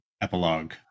epilogue